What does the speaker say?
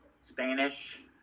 Spanish